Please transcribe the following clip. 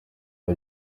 aho